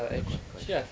quite quite